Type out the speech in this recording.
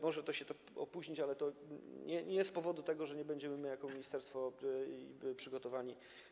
Może to się opóźnić, ale nie z powodu tego, że nie będziemy jako ministerstwo przygotowani.